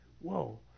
whoa